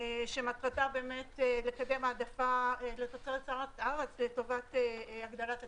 שמטרה לקדם העדפה לתוצרת הארץ לטובת הגדלת התעסוקה,